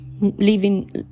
living